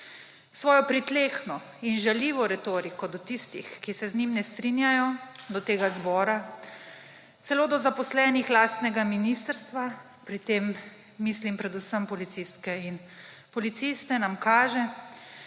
svojo pritlehno in žaljivo retoriko do tistih, ki se z njim ne strinjajo, do tega zbora, celo do zaposlenih lastnega ministrstva – pri tem mislim predvsem policistke in policiste – nam kaže,